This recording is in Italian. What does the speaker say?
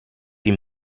più